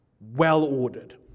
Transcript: Well-ordered